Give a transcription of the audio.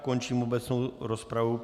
Končím obecnou rozpravu.